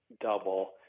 double